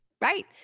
Right